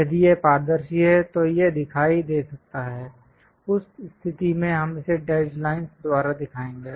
यदि यह पारदर्शी है तो यह दिखाई दे सकता है उस स्थिति में हम इसे डैशड् लाइनस् द्वारा दिखाएंगे